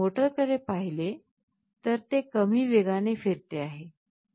जर आपण मोटरकडे पाहिले तर ते कमी वेगाने फिरते आहे